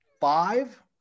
five